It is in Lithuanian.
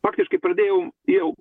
faktiškai pradėjau jau